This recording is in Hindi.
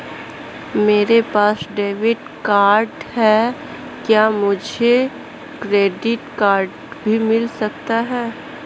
मेरे पास डेबिट कार्ड है क्या मुझे क्रेडिट कार्ड भी मिल सकता है?